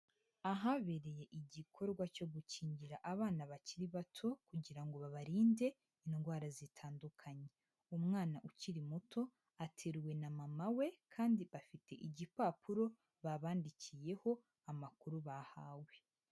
Ahabereye igikorwa cyo gukingira abana bakiri bato kugira ngo babarinde indwara zitandukanye. Umwana ukiri muto ateruwe na mama we kandi bafite igipapuro babandikiyeho amakuru bahawe.